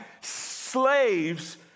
slaves